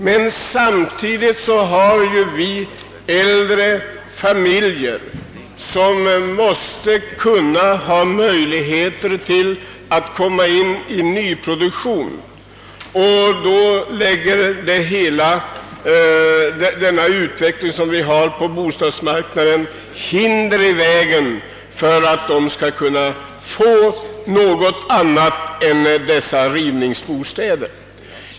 När dessutom de äldre familjerna, som ju också vill ha möjligheter att hyra bostäder i nyproducerade fastigheter, konkurrerar om dessa, blir utvecklingen den att de unga inte kan få bostäder annat än i rivningsfastigheter.